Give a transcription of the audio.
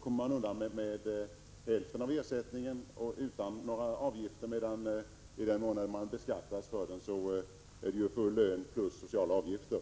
kommer man undan med hälften av ersättningen utan några avgifter medan i det andra exemplet, där vederbörande beskattas för ersättningen, det är fråga om full lön plus sociala avgifter.